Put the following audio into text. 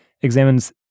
examines